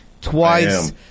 Twice